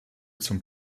zum